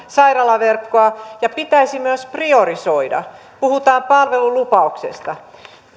ja sairaalaverkkoa ja pitäisi myös priorisoida puhutaan palvelulupauksesta